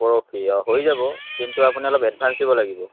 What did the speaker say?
পৰহি অঁ হৈ যাব কিন্তু আপুনি অলপ এডভা্ঞ্চ দিব লাগিব